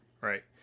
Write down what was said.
Right